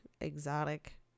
exotic